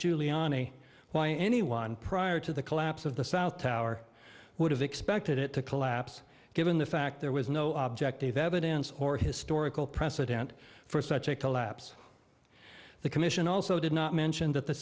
giuliani why anyone prior to the collapse of the south tower would have expected it to collapse given the fact there was no objective evidence or historical precedent for such a collapse the commission also did not mention that the